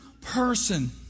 person